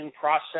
process